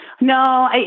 No